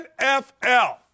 NFL